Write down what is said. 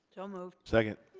so moved. second.